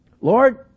Lord